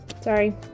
Sorry